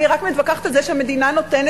אני רק מתווכחת על זה שהמדינה נותנת